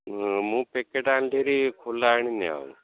ମୁଁ ପ୍ୟାକେଟ୍ ଆଣିଥିଲି ଖୋଲା ଆଣିନି ଆଉ